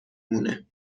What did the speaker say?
مونه